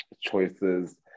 Choices